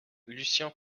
lucien